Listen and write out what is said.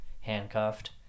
handcuffed